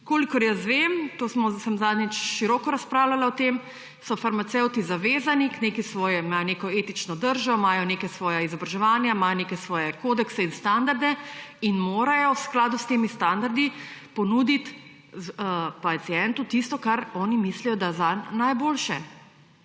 Kolikor jaz vem, zadnjič sem na široko razpravljala o tem, so farmacevti zavezani k neki svoji etični drži, imajo neka svoja izobraževanja, imajo neke svoje kodekse in standarde in morajo v skladu s temi standardi ponuditi pacientu tisto, kar oni mislijo, da je zanj najboljše.